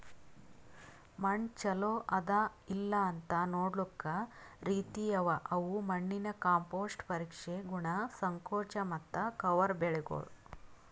ಮಣ್ಣ ಚಲೋ ಅದಾ ಇಲ್ಲಾಅಂತ್ ನೊಡ್ಲುಕ್ ರೀತಿ ಅವಾ ಅವು ಮಣ್ಣಿನ ಕಾಂಪೋಸ್ಟ್, ಪರೀಕ್ಷೆ, ಗುಣ, ಸಂಕೋಚ ಮತ್ತ ಕವರ್ ಬೆಳಿಗೊಳ್